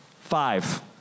Five